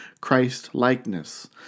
Christ-likeness